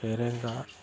फेरेंगा